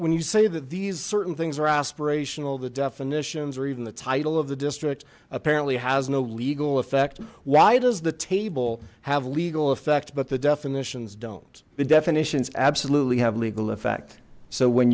when you say that these certain things are aspirational the definitions or even the title of the district apparently has no legal effect why does the table have legal effect but the definitions don't the definitions absolutely have legal effect so when